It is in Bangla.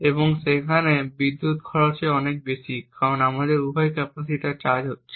এবং সেইজন্য বিদ্যুতের খরচ অনেক বেশি কারণ আমাদের উভয় ক্যাপাসিটর চার্জ হচ্ছে